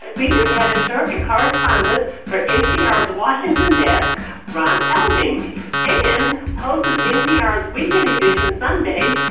senior editor and correspondent for npr's washington desk ron elving and host of npr's weekend edition sunday,